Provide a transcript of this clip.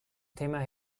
temas